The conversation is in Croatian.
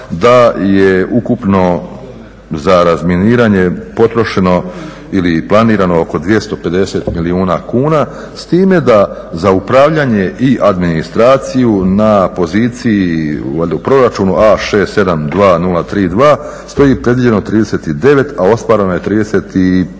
da je ukupno za razminiranje potrošeno ili planirano oko 250 milijuna kuna, s time da za upravljanje i administraciju na poziciji valjda u proračunu A672032 stoji predviđeno 39, a ostvareno je 34